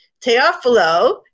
Teofilo